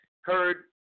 heard